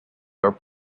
are